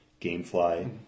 Gamefly